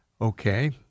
Okay